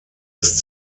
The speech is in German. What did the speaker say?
ist